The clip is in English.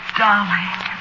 darling